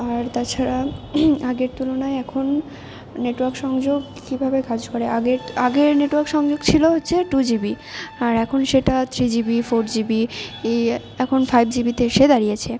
আর তাছাড়া আগের তুলনায় এখন নেটওয়ার্ক সংযোগ কীভাবে কাজ করে আগে আগের নেটওয়ার্ক সংযোগ ছিলো হচ্ছে টু জিবি আর এখন সেটা থ্রি জিবি ফোর জিবি ই এখন ফাইভ জি বিতে এসে দাঁড়িয়েছে